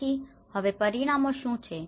તેથી હવે પરિણામો શું છે